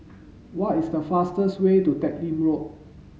what is the fastest way to Teck Lim Road